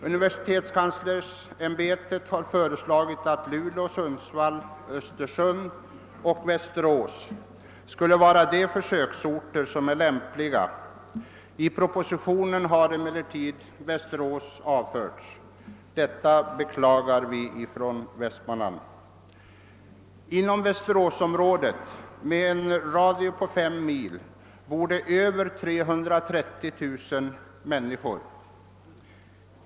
Universitetskanslersämbetet har föreslagit Luleå, Sundsvall, Östersund och Västerås som lämpliga städer, men i propositionen har Västerås tagits bort. Detta beklagar vi i Västmanland. Inom Västeråsområdet, med en radie på fem mil, bor det över 330 000 människor.